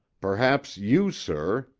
perhaps you, sir,